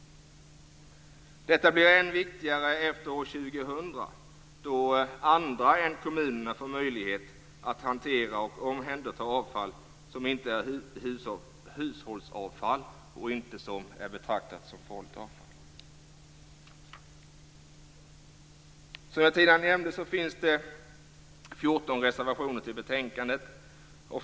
Detta blir än viktigare efter år 2000, då andra än kommunerna får möjlighet att hantera och omhänderta avfall som inte är hushållsavfall och som inte är betraktat som farligt avfall. Som jag tidigare nämnde finns det 14 reservationer fogade till betänkandet.